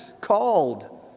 called